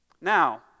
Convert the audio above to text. Now